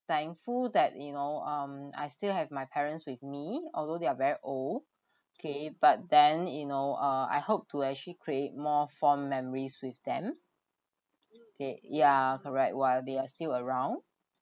thankful that you know um I still have my parents with me although they are very old okay but then you know uh I hope to actually create more fond memories with them okay ya correct while they are still around